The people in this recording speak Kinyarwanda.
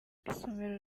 isomero